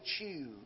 choose